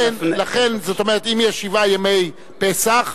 ולכן, זאת אומרת, אם יש שבעה ימי פסח,